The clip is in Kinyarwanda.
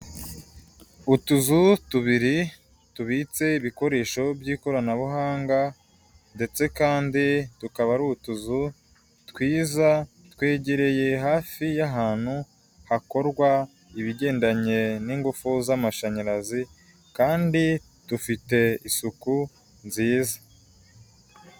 Utuzu tubiri tubitse ibikoresho by'ikoranabuhanga ndetse kandi tukaba ari utuzu twiza, twegereye hafi y'ahantu hakorwa ibigendanye n'ingufu z'amashanyarazi kandi dufite isuku nziza.